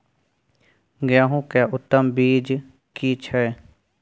गेहूं के उत्तम बीज की छै?